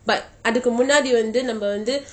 but அதற்கு முன்னாடி வந்து:atharku munnadi vanthu